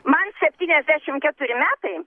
man septyniasdešimt keturi metai